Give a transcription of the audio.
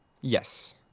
Yes